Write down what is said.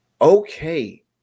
Okay